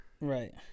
Right